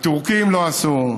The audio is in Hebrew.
הטורקים לא עשו,